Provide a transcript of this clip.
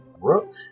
Rook